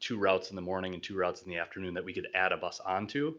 two routes in the morning and two routes in the afternoon that we could add a bus onto.